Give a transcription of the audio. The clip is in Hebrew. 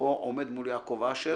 אעמוד פה מול יעקב אשר.